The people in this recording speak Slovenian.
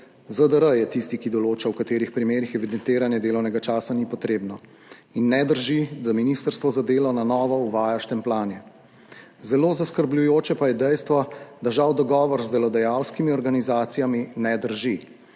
ZDR je tisti, ki določa, v katerih primerih evidentiranje delovnega časa ni potrebno. In ne drži, da Ministrstvo za delo na novo uvaja štempljanje. Zelo zaskrbljujoče pa je dejstvo, da žal dogovor z delodajalskimi organizacijami ne drži,